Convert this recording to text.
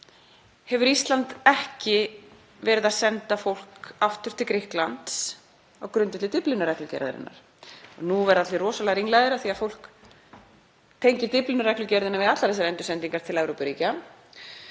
hefur Ísland ekki verið að senda fólk aftur til Grikklands á grundvelli Dyflinnarreglugerðarinnar. Nú verða allir rosalega ringlaðir af því að fólk tengir Dyflinnarreglugerðina við allar þessar endursendingar til Evrópuríkja.